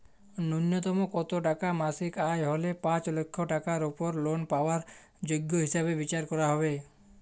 ন্যুনতম কত টাকা মাসিক আয় হলে পাঁচ লক্ষ টাকার উপর লোন পাওয়ার যোগ্য হিসেবে বিচার করা হবে?